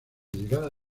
llegada